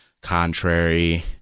Contrary